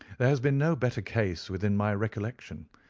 there has been no better case within my recollection.